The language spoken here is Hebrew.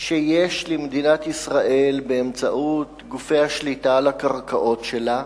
שיש למדינת ישראל באמצעות גופי השליטה על הקרקעות שלה,